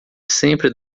sempre